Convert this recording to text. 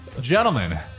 gentlemen